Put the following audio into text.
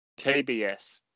tbs